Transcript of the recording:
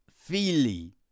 feely